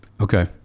Okay